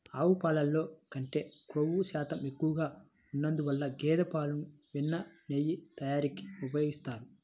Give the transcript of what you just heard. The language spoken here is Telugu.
ఆవు పాలల్లో కంటే క్రొవ్వు శాతం ఎక్కువగా ఉన్నందువల్ల గేదె పాలను వెన్న, నెయ్యి తయారీకి ఉపయోగిస్తారు